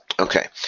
Okay